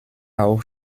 auch